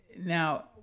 Now